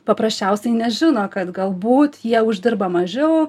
paprasčiausiai nežino kad galbūt jie uždirba mažiau